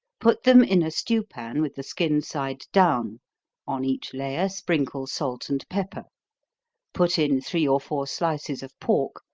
put them in a stew pan with the skin side down on each layer sprinkle salt and pepper put in three or four slices of pork,